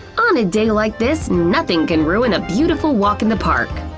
on a day like this, nothing can ruin a beautiful walk in the park.